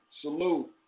salute